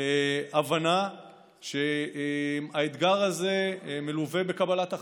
הבנה שהאתגר הזה מלווה בקבלת החלטות.